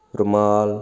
ਰੁਮਾਲ